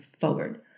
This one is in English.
forward